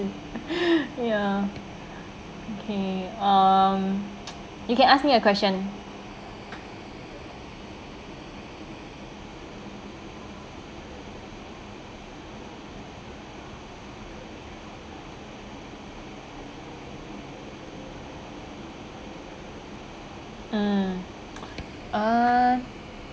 ya okay um you can ask me a question mm uh